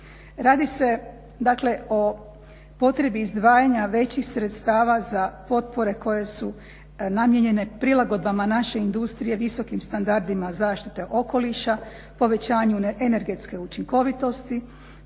Radi se o potrebi izdvajanja većih sredstava za potpore koje su namijenjene prilagodbama naše industrije visokim standardima zaštite okoliša, povećanju energetske učinkovitosti,